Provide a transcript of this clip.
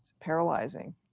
paralyzing